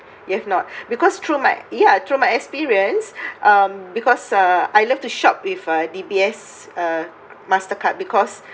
you've not because through my ya through my experience um because uh I love to shop with uh D_B_S uh mastercard because